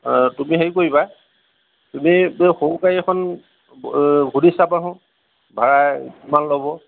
তুমি হেৰি কৰিবা তুমি সৰু গাড়ী এখন সুধি চাবাচোন ভাড়া কিমান ল'ব